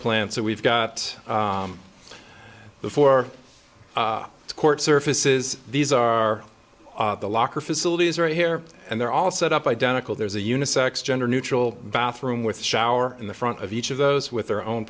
plan so we've got before court surfaces these are the locker facilities right here and they're all set up identical there's a unisex gender neutral bathroom with a shower in the front of each of those with their own